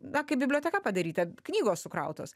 na kaip biblioteka padaryta knygos sukrautos